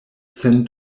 sen